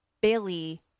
billy